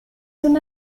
una